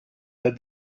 that